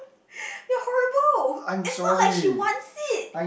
you're horrible it's not like she wants it